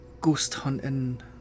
ghost-hunting